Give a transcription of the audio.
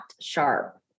sharp